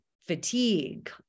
fatigue